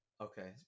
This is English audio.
Okay